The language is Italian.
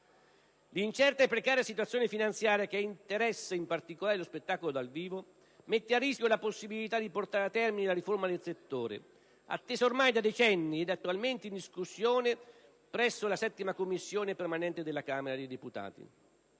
L'incerta e precaria situazione finanziaria, che interessa, in particolare, lo spettacolo dal vivo, mette a rischio la possibilità di portare a termine la riforma del settore, attesa ormai da decenni ed attualmente in discussione presso la VII Commissione permanente della Camera dei deputati.